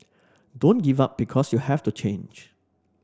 don't give up because you have to change